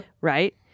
right